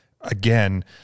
again